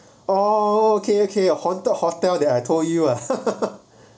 oh okay okay ya haunted hotel that I told you ah